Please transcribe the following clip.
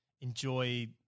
enjoy